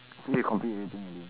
say you complete everything already